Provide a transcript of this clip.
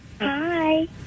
Hi